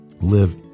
Live